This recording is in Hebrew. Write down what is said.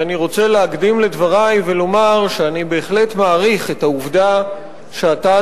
ואני רוצה להקדים לדברי ולומר שאני בהחלט מעריך את העובדה שאתה,